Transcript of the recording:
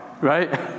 right